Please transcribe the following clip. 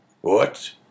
What